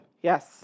Yes